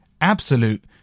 absolute